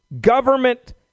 government